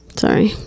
sorry